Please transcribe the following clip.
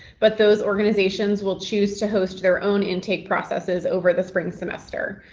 but those organizations will choose to host their own intake processes over the spring semester.